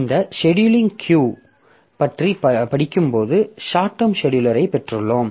இந்த scheduling queue பற்றி படிக்கும்போது ஷார்ட் டெர்ம் செடியூலட்ரை பெற்றுள்ளோம்